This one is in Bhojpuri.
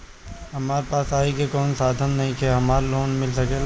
हमरा पास आय के कवनो साधन नईखे हमरा लोन मिल सकेला?